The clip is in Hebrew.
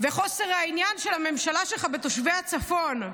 וחוסר העניין של הממשלה שלך בתושבי הצפון.